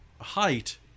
height